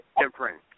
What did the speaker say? difference